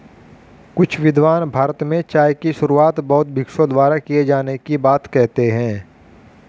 कुछ विद्वान भारत में चाय की शुरुआत बौद्ध भिक्षुओं द्वारा किए जाने की बात कहते हैं